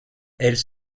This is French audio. elles